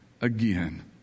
again